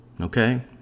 okay